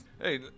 Hey